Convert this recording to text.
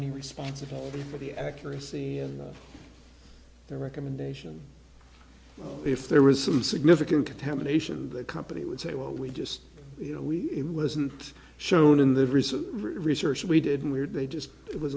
any responsibility for the accuracy and their recommendation if there was some significant contamination the company would say well we just you know we wasn't shown in the recent research we did we had they just it was